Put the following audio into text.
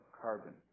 carbon